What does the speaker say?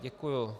Děkuju.